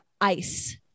ice